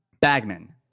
bagman